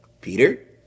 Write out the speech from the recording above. Peter